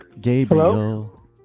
Gabriel